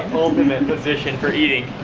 ultimate position for eating,